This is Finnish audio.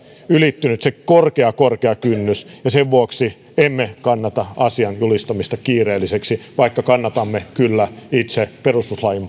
ylittynyt se korkea korkea kynnys ja sen vuoksi emme kannata asian julistamista kiireelliseksi vaikka kannatamme kyllä itse perustuslain